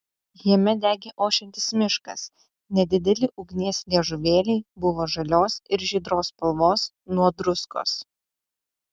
jame degė ošiantis miškas nedideli ugnies liežuvėliai buvo žalios ir žydros spalvos nuo druskos